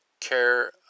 care